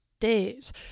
days